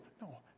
No